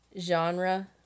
genre